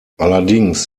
allerdings